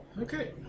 Okay